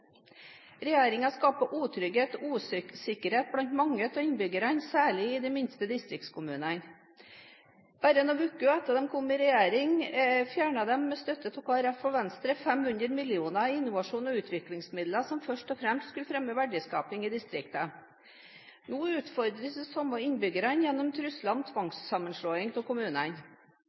skaper utrygghet og usikkerhet blant mange av innbyggerne, særlig i de minste distriktskommunene. Bare noen uker etter at regjeringen kom, fjernet den med støtte av Kristelig Folkeparti og Venstre 500 mill. kr i innovasjons- og utviklingsmidler, som først og fremst skulle fremme verdiskaping i distriktene. Nå utfordres de samme innbyggerne gjennom trusler om tvangssammenslåing av kommunene.